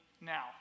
now